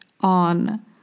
on